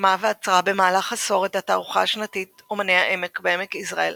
יזמה ואצרה במהלך עשור את התערוכה השנתית "אמני העמק" בעמק יזרעאל